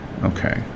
Okay